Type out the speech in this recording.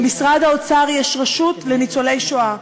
במשרד האוצר יש רשות לזכויות ניצולי השואה.